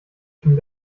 schon